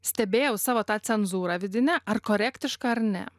stebėjau savo tą cenzūrą vidinę ar korektiška ar ne